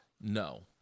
No